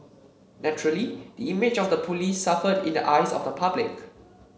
naturally the image of the police suffered in the eyes of the public